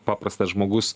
paprastas žmogus